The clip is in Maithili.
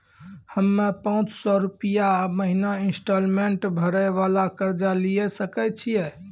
हम्मय पांच सौ रुपिया महीना इंस्टॉलमेंट भरे वाला कर्जा लिये सकय छियै?